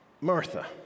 Martha